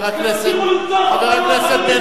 שתמשיכו לרצוח אותנו, החברים שלך?